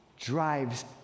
drives